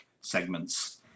segments